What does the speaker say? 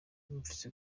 numvise